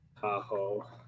Tahoe